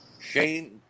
Shane